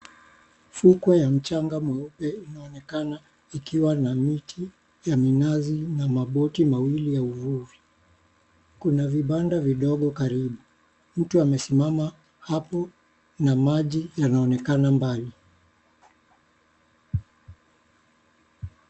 Fukwe ya mchanga mweupe inaonekana ikiwa na miti ya minazi na maboti mawili ya uvuvi. Kuna vibanda vidogo karibu. Mtu amesimama hapo na maji yanaonekana mbali.